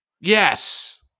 yes